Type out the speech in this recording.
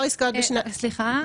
סליחה.